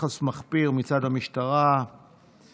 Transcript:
יחס מחפיר מצד המשטרה וכו'.